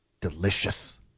delicious